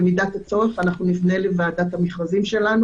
במידת הצורך נפנה לוועדת המכרזים שלנו